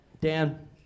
Dan